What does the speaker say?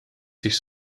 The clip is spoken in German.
sich